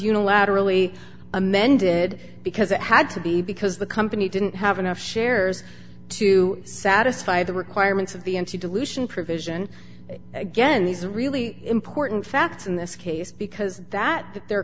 unilaterally amended because it had to be because the company didn't have enough shares to satisfy the requirements of the mt dilution provision again these really important facts in this case because that that they're